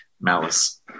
Malice